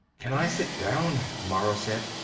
can i sit down? mara said.